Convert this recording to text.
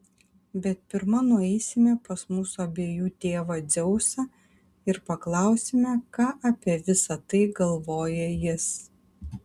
bet pirma nueisime pas mūsų abiejų tėvą dzeusą ir paklausime ką apie visa tai galvoja jis